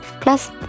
Plus